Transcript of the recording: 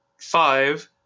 five